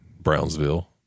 Brownsville